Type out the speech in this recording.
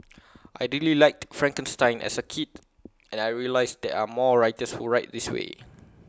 I really liked Frankenstein as A kid and I realised there are more writers who write this way